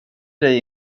dig